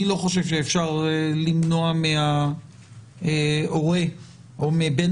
אני לא חושב שאפשר למנוע מההורה או מבן